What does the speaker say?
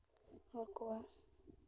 ᱦᱚᱲ ᱠᱚᱣᱟᱜ